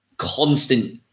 constant